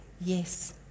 yes